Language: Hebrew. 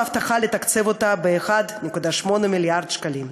עם ההבטחה לתקצב אותה ב־1.8 מיליארד שקלים?